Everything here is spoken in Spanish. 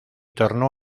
torno